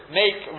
make